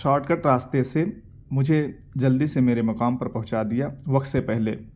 shot cut راستے سے مجھے جلدی سے میرے مقام پر پہنچا دیا وقت سے پہلے